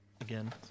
again